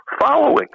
following